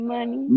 Money